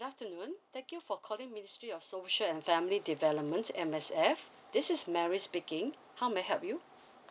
good afternoon thank you for calling ministry of social and family development M_S_F this is mary speaking how may I help you